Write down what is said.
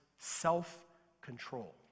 self-control